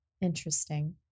Interesting